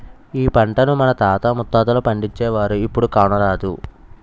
ఈ పంటను మన తాత ముత్తాతలు పండించేవారు, ఇప్పుడు కానరాదు